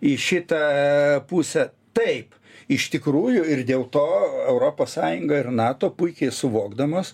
į šitą pusę taip iš tikrųjų ir dėl to europos sąjunga ir nato puikiai suvokdamas